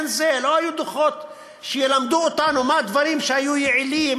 לא היו דוחות שילמדו אותנו מה הדברים שהיו יעילים,